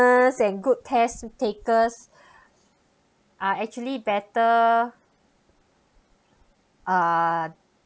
learners and good test takers are actually better uh